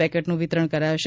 પેકેટનું વિતરણ કરાશે